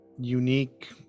unique